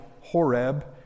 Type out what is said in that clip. Horeb